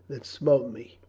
that smote me.